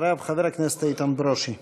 אחריו, חבר הכנסת איתן ברושי.